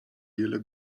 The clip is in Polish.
wiele